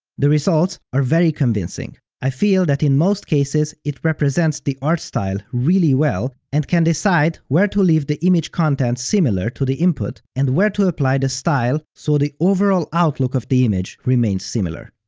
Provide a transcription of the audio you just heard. the results are very convincing i feel that in most cases, it represents the art style really well and can decide where to leave the image content similar to the input and where to apply the style so the overall outlook of the image remains similar.